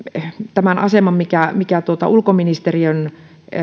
tämän aseman mikä mikä on ulkoministeriön